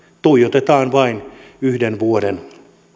tuijotetaan vain yhden vuoden